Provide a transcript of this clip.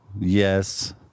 yes